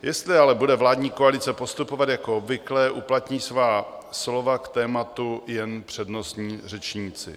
Jestli ale bude vládní koalice postupovat jako obvykle, uplatní svá slova k tématu jen přednostní řečníci.